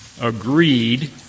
agreed